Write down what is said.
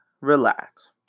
relax